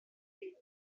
way